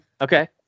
Okay